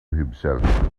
himself